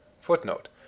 Footnote